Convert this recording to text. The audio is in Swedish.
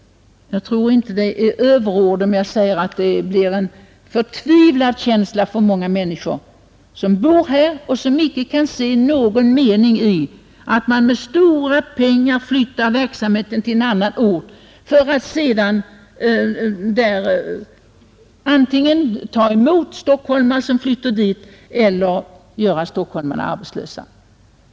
Jag tror inte det är överord att säga att många människor som bor här känner sig förtvivlade över att behöva flytta. De kan inte se någon mening i att man lägger ned stora kostnader på att flytta verksamheten till en annan ort och att den nya orten sedan antingen tar emot de stockholmare som flyttar dit eller också gör dem arbetslösa.